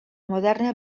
moderna